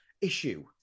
issue